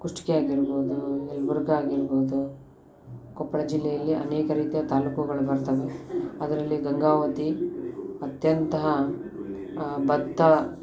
ಕುಷ್ಟಗಿ ಆಗಿರ್ಬೋದು ಯಲಬುರ್ಗಾ ಆಗಿರ್ಬೋದು ಕೊಪ್ಪಳ ಜಿಲ್ಲೆಯಲ್ಲಿ ಅನೇಕ ರೀತಿಯ ತಾಲೂಕುಗಳು ಬರ್ತವೆ ಅದರಲ್ಲಿ ಗಂಗಾವತಿ ಅತ್ಯಂತ ಭತ್ತ